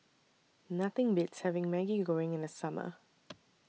Nothing Beats having Maggi Goreng in The Summer